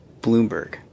Bloomberg